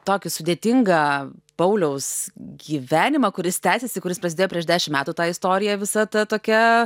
tokį sudėtingą pauliaus gyvenimą kuris tęsiasi kuris prasidėjo prieš dešim metų ta istorija visa ta tokia